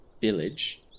village